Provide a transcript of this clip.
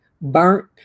burnt